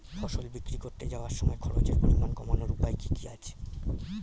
ফসল বিক্রি করতে যাওয়ার সময় খরচের পরিমাণ কমানোর উপায় কি কি আছে?